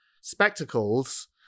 spectacles